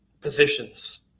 positions